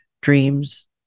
dreams